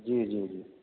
جی جی جی